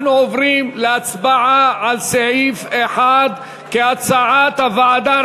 אנחנו עוברים להצבעה על סעיף 1 כהצעת הוועדה,